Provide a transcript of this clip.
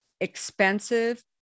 expensive